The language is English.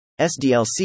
SDLC